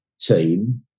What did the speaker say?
team